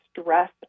stress